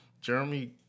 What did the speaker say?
Jeremy